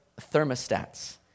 thermostats